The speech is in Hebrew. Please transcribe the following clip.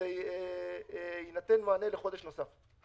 ויינתן מענה לחודש נוסף.